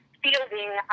fielding